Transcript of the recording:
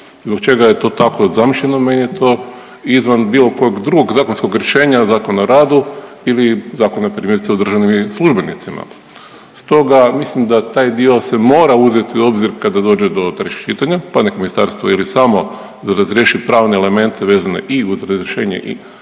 Zbog čega je to tako zamišljeno, meni je to izvan bilo kod drugog zakonskog rješenja, Zakona o radu ili zakona, primjerice, o državnim službenicima. Stoga, mislim da taj dio se mora uzeti u obzir kada dođe do trećeg čitanja pa nek Ministarstvo ili samo razriješi pravne elemente vezano i uz razrješenje i